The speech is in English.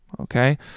Okay